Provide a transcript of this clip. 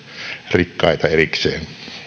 rikkaita erikseen